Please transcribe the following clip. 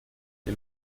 der